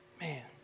man